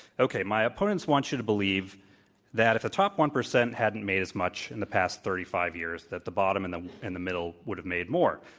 okay. my opponents want you to believe that if the top one percent hadn't made as much in the past thirty five years, that the bottom and the and the middle would have made more,